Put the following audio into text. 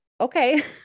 okay